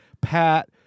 Pat